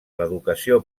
l’educació